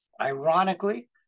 Ironically